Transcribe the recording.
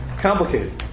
Complicated